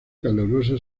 calurosa